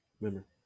Remember